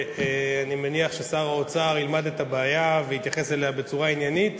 אני מניח ששר האוצר ילמד את הבעיה ויתייחס אליה בצורה עניינית,